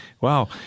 wow